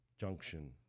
Junction